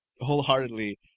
wholeheartedly